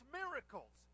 miracles